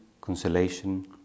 consolation